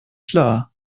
klar